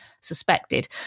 suspected